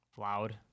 Loud